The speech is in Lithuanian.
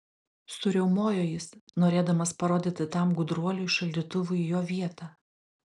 suriaumojo jis norėdamas parodyti tam gudruoliui šaldytuvui jo vietą